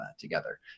together